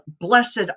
Blessed